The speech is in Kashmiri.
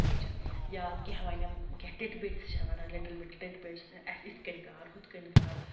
ٹھیٖک چھا یا کینٛہہ وَنیم کینٛہہ ٹِٹ بِٹٕس چھےٚ وَنان لِٹٕل بِٹ ٹِٹ بِٹٕس آسہِ یِتھ کٔنۍ کَر ہُتھ کٔنۍ کَر